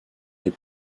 les